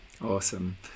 awesome